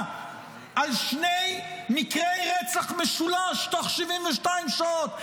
על שני מקרי רצח משולש בתוך 72 שעות,